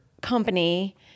company